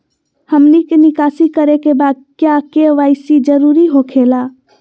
हमनी के निकासी करे के बा क्या के.वाई.सी जरूरी हो खेला?